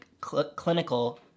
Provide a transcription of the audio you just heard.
clinical